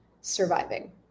surviving